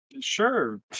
Sure